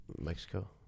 Mexico